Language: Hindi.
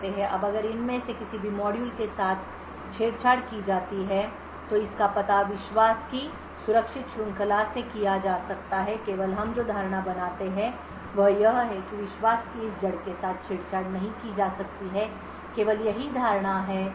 अब अगर इनमें से किसी भी मॉड्यूल के साथ छेड़छाड़ की जाती है तो इसका पता विश्वास की सुरक्षित श्रृंखला से लगाया जा सकता है केवल हम जो धारणा बनाते हैं वह यह है कि विश्वास की इस जड़ के साथ छेड़छाड़ नहीं की जा सकती है केवल यही धारणा है कि हम बनाते हैं